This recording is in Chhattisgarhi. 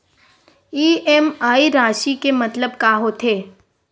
इ.एम.आई राशि के मतलब का होथे?